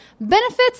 benefits